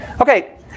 Okay